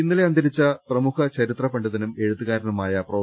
ഇന്നലെ അന്തരിച്ച പ്രമുഖ ചരിത്ര പണ്ഡിതനും എഴുത്തുകാര നുമായ പ്രൊഫ